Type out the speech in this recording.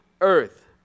earth